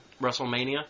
WrestleMania